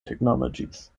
technologies